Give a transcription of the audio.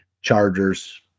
Chargers